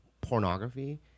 pornography